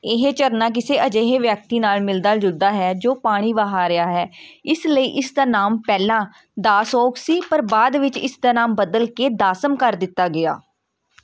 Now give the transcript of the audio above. ਇਹ ਝਰਨਾ ਕਿਸੇ ਅਜਿਹੇ ਵਿਅਕਤੀ ਨਾਲ ਮਿਲਦਾ ਜੁਲਦਾ ਹੈ ਜੋ ਪਾਣੀ ਵਹਾ ਰਿਹਾ ਹੈ ਇਸ ਲਈ ਇਸ ਦਾ ਨਾਮ ਪਹਿਲਾਂ ਦਾਸੋਕ ਸੀ ਪਰ ਬਾਅਦ ਵਿੱਚ ਇਸ ਦਾ ਨਾਮ ਬਦਲ ਕੇ ਦਾਸਮ ਕਰ ਦਿੱਤਾ ਗਿਆ